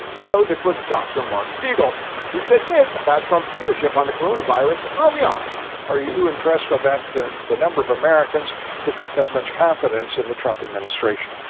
oh, no. this was dr. marc siegel who said this about trump's leadership on the corona virus early on are you impressed by that? the the number of americans who've got that much confidence in the trump administration?